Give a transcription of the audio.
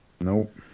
Nope